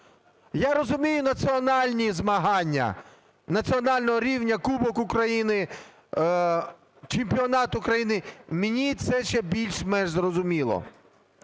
Я розумію, національні змагання, національного рівня: Кубок України, Чемпіонат України. Мені це ще більш-менш зрозуміло.